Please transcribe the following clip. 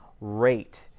rate